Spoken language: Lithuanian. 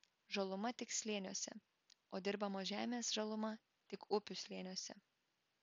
žaluma tik slėniuose o dirbamos žemės žaluma tik upių slėniuose